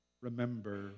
remember